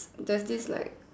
there's this like